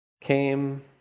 came